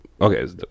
Okay